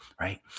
right